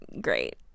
great